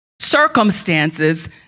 circumstances